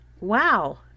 wow